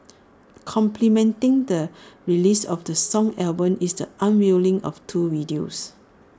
complementing the release of the song album is the unveiling of two videos